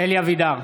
אלי אבידר,